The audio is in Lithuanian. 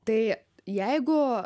tai jeigu